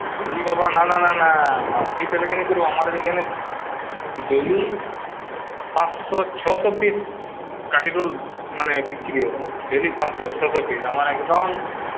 এরে বাবা না না না না বাসি তেলে কেন করবো আমাদের এইখানে ডেলি পাঁচশো ছশো পিস কাঠিরোল মানে বিক্রি হয় ডেলি পাঁচশো ছশো পিস আমার একদম